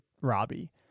Robbie